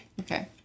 Okay